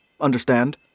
Understand